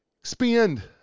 Expand